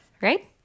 right